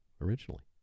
originally